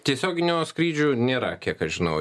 tiesioginių skrydžių nėra kiek aš žinau